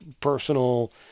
personal